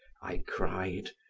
i cried.